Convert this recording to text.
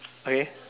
okay